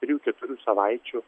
trijų keturių savaičių